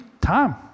time